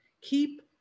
keep